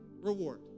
reward